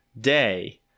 day